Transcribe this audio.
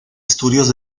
estudios